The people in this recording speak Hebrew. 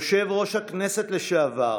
יושב-ראש הכנסת לשעבר